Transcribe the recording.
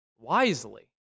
wisely